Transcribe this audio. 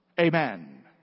Amen